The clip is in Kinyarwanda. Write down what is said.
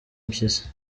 mpyisi